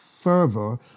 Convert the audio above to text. fervor